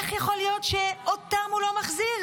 איך יכול להיות שאותם הוא לא מחזיר?